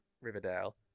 Riverdale